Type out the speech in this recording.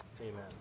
Amen